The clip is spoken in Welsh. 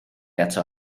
eto